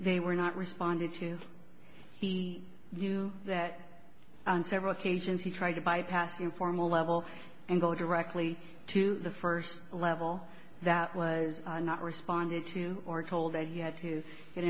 they were not responded to see you that on several occasions he tried to bypass the informal level and go directly to the first level that was not responded to or told that he had to get